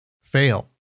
fail